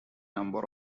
number